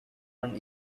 one